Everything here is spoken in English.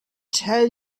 tell